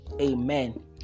Amen